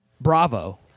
Bravo